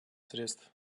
средств